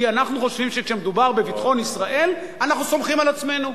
כי אנחנו חושבים שכשמדובר בביטחון ישראל אנחנו סומכים על עצמנו.